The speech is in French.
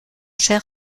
cher